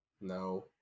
No